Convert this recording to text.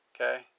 okay